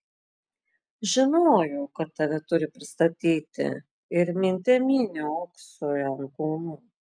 žinojau kad tave turi pristatyti ir minte myniau oksui ant kulnų